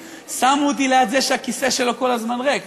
שמו אותי ליד זה שהכיסא שלו כל הזמן ריק,